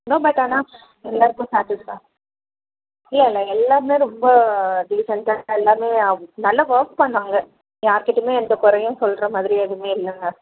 என்ன பட் ஆனால் எல்லாேருக்கும் சாஸ்ட்டிஸ் தான் இல்லை இல்லை எல்லாேருமே ரொம்ப டீசென்டாக எல்லாேருமே நல்ல ஒர்க் பண்ணாங்க யார்கிட்டேமே எந்த குறையும் சொல்கிற மாதிரி எதுவுமே இல்லைங்க